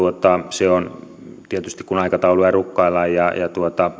se tietysti kun aikatauluja rukkaillaan ja ja